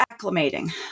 acclimating